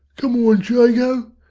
come on, jago!